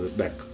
back